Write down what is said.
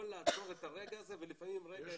יכול לעצור את הרגע הזה ולפעמים רגע אחד זה הכי חשוב.